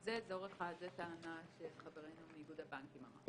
זה אזור אחד, זו טענה שחברנו מאיגוד הבנקים אמר.